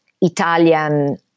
Italian